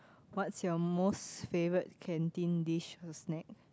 what's your most favourite canteen dish or snack